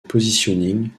positioning